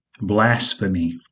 blasphemy